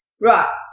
Right